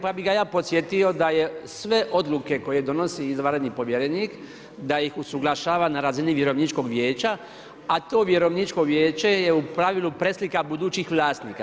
Pa bih ga ja podsjetio da je sve odluke koje donosi izvanredni povjerenik, da ih usuglašava na razini vjerovničkog vijeća a to vjerovničko vijeće je u pravilu preslika budućih vlasnika.